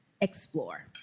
explore